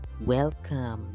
Welcome